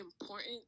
important